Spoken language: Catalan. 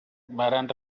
varen